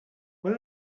why